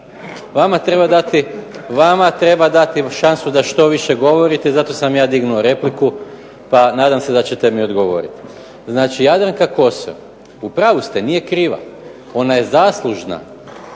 Vama treba dati šansu da što više govorite i zato sam ja dignuo repliku, pa nadam se da ćete mi odgovoriti. Znači, Jadranka Kosor u pravu ste nije kriva, ona je zaslužna